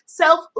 self